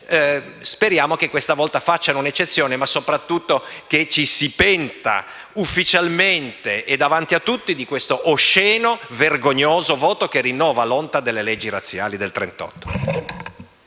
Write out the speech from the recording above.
famiglie. Speriamo che questa volta faccia un'eccezione, ma soprattutto che ci si penta ufficialmente - e davanti a tutti - di questo osceno e vergognoso voto che rinnova l'onta delle leggi razziali del 1938.